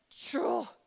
true